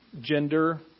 gender